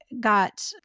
got